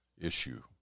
issue